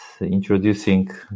introducing